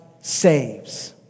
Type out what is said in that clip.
saves